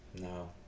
no